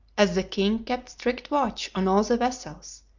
as the king kept strict watch on all the vessels,